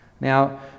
Now